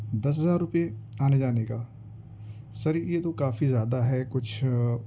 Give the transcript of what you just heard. دس ہزار روپئے آنے جانے کا سر یہ تو کافی زیادہ ہے کچھ